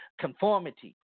conformity